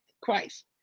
Christ